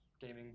gaming